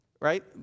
Right